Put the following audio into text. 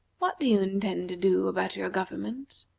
what do you intend to do about your government?